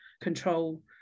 control